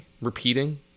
repeating